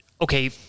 okay